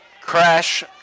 Crash